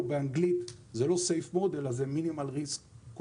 באנגלית זה לא safe mode אלא condition minimal risk.